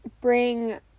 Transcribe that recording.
bring